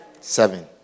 Seven